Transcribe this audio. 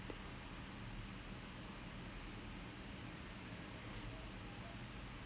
ya so I guess it's kind of interesting lah I mean if I think if you are like really like